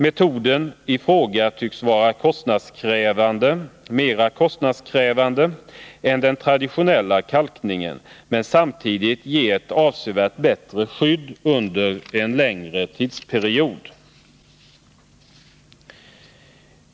Metoden i fråga tycks vara mera kostnadskrävande än den traditionella kalkningen men samtidigt ge ett avsevärt bättre skydd under en längre tidsperiod.